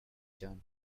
done